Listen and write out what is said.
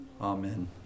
amen